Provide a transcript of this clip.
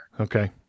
Okay